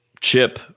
chip